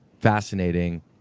fascinating